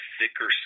thicker